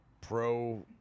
pro